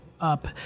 up